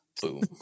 Boom